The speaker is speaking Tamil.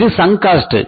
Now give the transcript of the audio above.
இது சங் காஸ்ட்